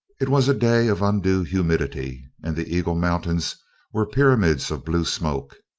it was a day of undue humidity and the eagle mountains were pyramids of blue smoke.